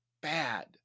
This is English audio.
bad